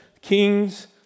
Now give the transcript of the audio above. Kings